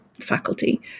faculty